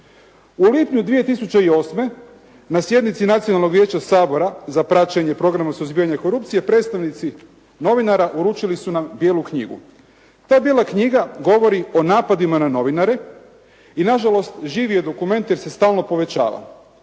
U lipnju 2008. na sjednici Nacionalnog vijeća Sabora za praćenje programa o suzbijanju korupcije predstavnici novinara uručili su nam bijelu knjigu. Ta bijela knjiga govori o napadima na novinare i nažalost živi je dokument jer se stalno povećava.